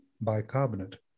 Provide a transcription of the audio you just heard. bicarbonate